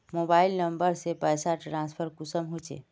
Mobile number से पैसा transfer कुंसम होचे?